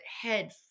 head